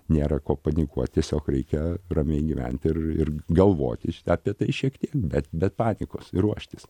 nėra ko panikuot tiesiog reikia ramiai gyvent ir galvoti apie tai šiek tiek bet be panikos ir ruoštis